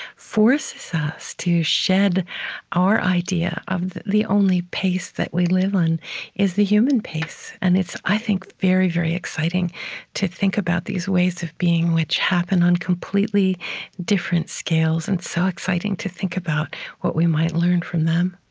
forces us to shed our idea of the only pace that we live in is the human pace. and it's, i think, very, very exciting to think about these ways of being which happen on completely different scales, and so exciting to think about what we might learn from them